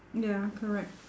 ya correct